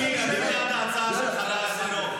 אני בעד ההצעה של חבר הכנסת חנוך.